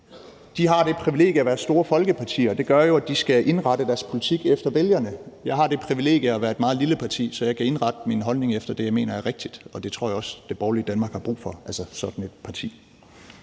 De har det privilegie at være store folkepartier, og det gør jo, at de skal indrette deres politik efter vælgerne. Jeg har det privilegie at tilhøre et meget lille parti, så jeg kan indrette min holdning efter det, jeg mener er rigtigt, og det tror jeg også det borgerlige Danmark har brug for – altså sådan et parti.